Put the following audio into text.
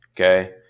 Okay